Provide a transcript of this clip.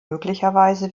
möglicherweise